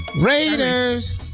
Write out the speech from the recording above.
Raiders